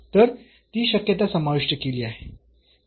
तर ती शक्यता समाविष्ट केली आहे